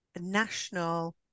National